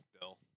Bill